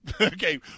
Okay